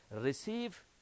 Receive